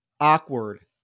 awkward